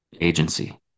Agency